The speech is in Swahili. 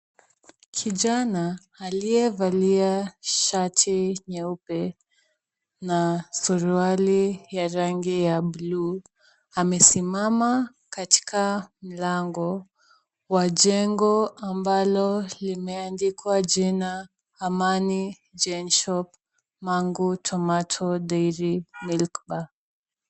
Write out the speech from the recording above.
Kijana aliyevalia shati nyeupe na suruali ya rangi ya bluu amesimama katika mlango wa jengo ambalo limeandikwa jina Amani Gen. Shop Mangu Tomato Dairy Milk Bar.